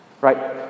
Right